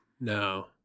no